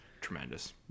tremendous